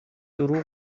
دروغ